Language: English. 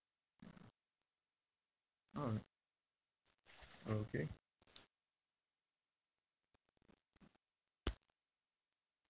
alright okay